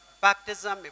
baptism